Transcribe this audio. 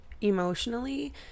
emotionally